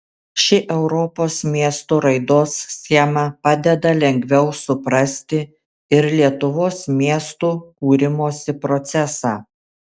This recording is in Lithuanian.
ši europos miestų raidos schema padeda lengviau suprasti ir lietuvos miestų kūrimosi procesą